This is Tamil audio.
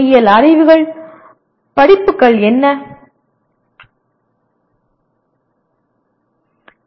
பொறியியல் அறிவியல் படிப்புகள் என்னென்ன